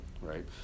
Right